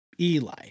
Eli